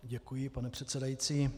Děkuji, pane předsedající.